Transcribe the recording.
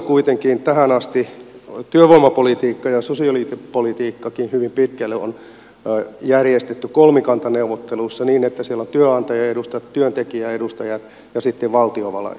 kuitenkin tähän asti suomessa työvoimapolitiikka ja sosiaalipolitiikkakin hyvin pitkälle on järjestetty kolmikantaneuvotteluissa niin että siellä ovat työnantajan edustajat työntekijän edustajat ja sitten valtiovallan edustajat